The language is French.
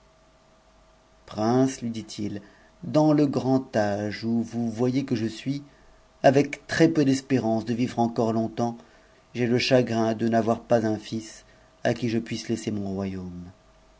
prince lui dit-il dans le grand âge où vous que je suis avec très-peu d'espérance de vivre encore tongtemps ti le chagrin de n'avoir pas un fils à qui je puisse laisser mon royaume